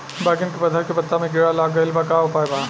बैगन के पौधा के पत्ता मे कीड़ा लाग गैला पर का उपाय बा?